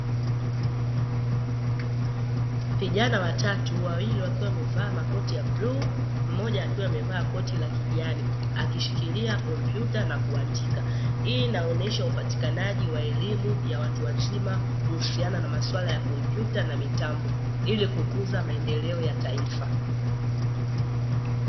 Vijana watatu wawili wakiwa wamevaa makoti ya bluu mmoja akiwa amevaa koti la kijani, akishikilia kompyuta na kuandika, hii inaonesha upatikanaji wa elimu ya watu wazima, kuhusiana na maswala ya kompyuta na mitambo, ili kukuza maendeleo ya taifa.